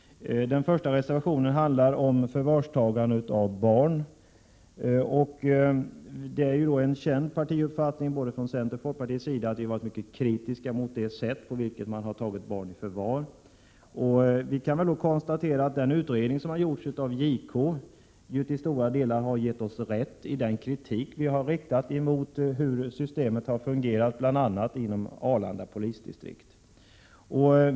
Den första reservationen handlar om förvarstagande av barn. Det är en känd uppfattning att vi inom både centern och folkpartiet är mycket kritiska mot det sätt på vilket man har tagit barn i förvar. Vi kan konstatera att den utredning som gjorts av JK till stora delar gett oss rätt i den kritik vi har riktat mot hur systemet fungerat, bl.a. vid Arlandapolisen.